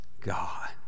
God